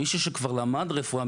מישהו שכבר למד רפואה,